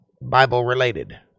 Bible-related